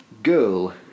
Girl